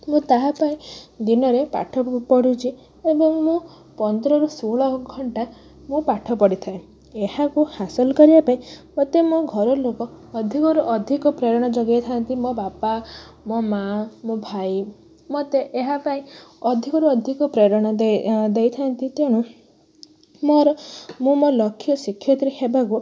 ମୁଁ ତାହାପାଇଁ ଦିନରେ ପାଠ ପଢ଼ୁଛି ଏବଂ ମୁଁ ପନ୍ଦରରୁ ଷୋହଳ ଘଣ୍ଟା ମୁଁ ପାଠ ପଢ଼ିଥାଏ ଏହାକୁ ହାସଲ କରିବାପାଇଁ ମୋତେ ମୋ ଘରଲୋକ ଅଧିକରୁ ଅଧିକ ପ୍ରେରଣା ଯୋଗାଇଥାନ୍ତି ମୋ ବାପା ମୋ ମାଆ ମୋ ଭାଇ ମୋତେ ଏହା ପାଇଁ ଅଧିକରୁ ଅଧିକ ପ୍ରେରଣା ଦେଇ ଦେଇଥାନ୍ତି ତେଣୁ ମୋର ମୁଁ ମୋର ଲକ୍ଷ୍ୟ ଶିକ୍ଷୟିତ୍ରୀ ହେବାକୁ